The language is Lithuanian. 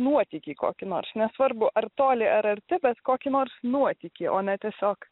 nuotykį kokį nors nesvarbu ar toli ar arti bet kokį nors nuotykį o ne tiesiog